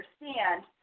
understand